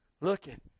looking